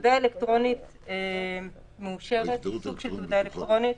תעודה אלקטרונית מאושרת היא סוג של תעודה אלקטרונית